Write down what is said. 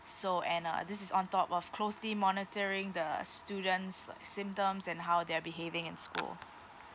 so and uh this is on top of closely monitoring the students uh symptoms and how they're behaving in school